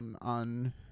on